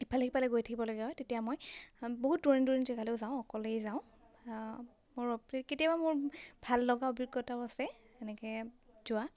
ইফালে সিফালে গৈ থাকিবলগীয়া হয় তেতিয়া মই বহুত দূৰণি দূৰণি জেগালৈও যাওঁ অকলেই যাওঁ কেতিয়াবা মোৰ ভাল লগা অভিজ্ঞতাও আছে এনেকৈ যোৱা